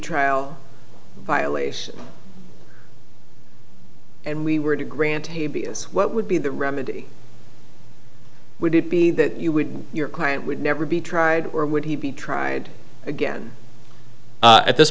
trial violation and we were to grant a b s what would be the remedy would it be that you would your client would never be tried or would he be tried again at this